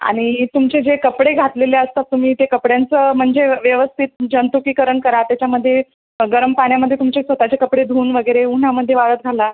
आणि तुमचे जे कपडे घातलेले असतात तुम्ही ते कपड्यांचं म्हणजे व्यवस्थित जंतुकीकरण करा त्याच्यामध्ये गरम पाण्यामध्ये तुमचे स्वतःचे कपडे धुवून वगैरे उन्हामध्ये वाळत घाला